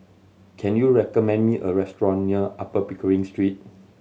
can you recommend me a restaurant near Upper Pickering Street